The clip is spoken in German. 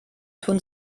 tun